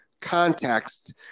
context